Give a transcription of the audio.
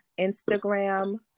Instagram